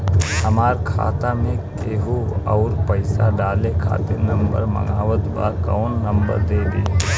हमार खाता मे केहु आउर पैसा डाले खातिर नंबर मांगत् बा कौन नंबर दे दिही?